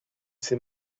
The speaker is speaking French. ces